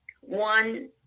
one